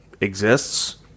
exists